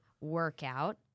workout